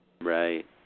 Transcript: Right